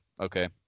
okay